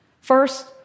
First